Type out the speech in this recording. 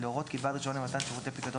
להורות כי בעל רישיון למתן שירותי פיקדון